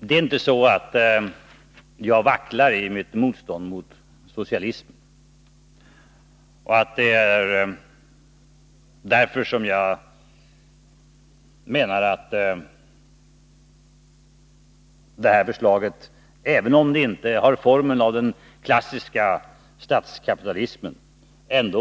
Det är inte så att jag vacklar i mitt motstånd mot socialismen. Jag menar att förslaget, även om det inte är ett uttryck för den klassiska statskapitalismen, är